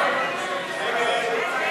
סעיף 21